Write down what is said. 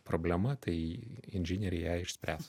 problema tai inžinieriai ją išspręs